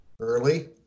early